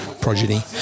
progeny